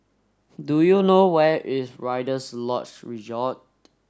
do you know where is Rider's Lodge Resort